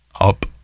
Up